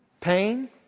Pain